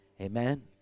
Amen